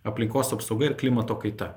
aplinkos apsauga ir klimato kaita